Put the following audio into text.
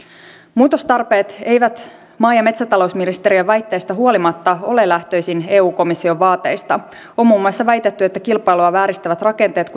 muutostarpeet eivät maa ja metsätalousministeriön väitteistä huolimatta ole lähtöisin eu komission vaateista on muun muassa väitetty että kilpailua vääristävät rakenteet